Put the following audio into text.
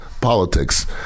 politics